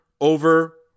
over